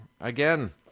again